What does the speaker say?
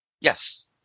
Yes